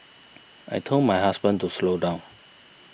I told my husband to slow down